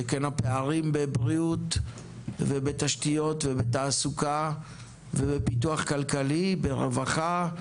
שכן הפערים בבריאות ובתשתיות ובתעסוקה ובפיתוח כלכלי ברווחה,